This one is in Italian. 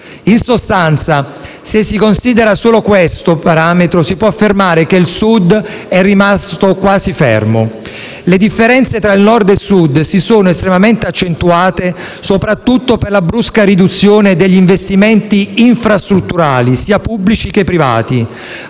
In sostanza, se si considera solo questo parametro, si può affermare che il Sud è rimasto quasi fermo. Le differenze tra Nord e Sud si sono estremamente accentuate soprattutto per la brusca riduzione degli investimenti infrastrutturali, sia pubblici che privati.